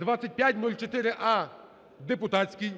(2504а-депутатський)